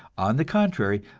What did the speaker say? on the contrary,